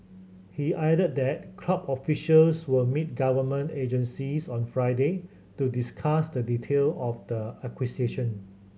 he added that club officials will meet government agencies on Friday to discuss the detail of the acquisition